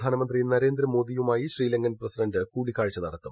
പ്രധാനമന്ത്രി നരേന്ദ്രമോദിയുമായി ശ്രീലങ്കൻ പ്രസിഡന്റ് കൂടിക്കാഴ്ച് നടത്തും